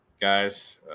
guys